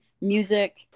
music